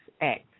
act